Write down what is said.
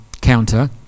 counter